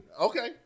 Okay